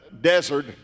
desert